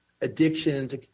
addictions